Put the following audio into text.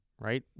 right